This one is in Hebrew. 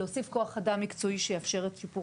להוסיף כוח אדם מקצועי שיאפשר את שיפור